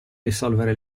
risolvere